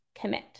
commit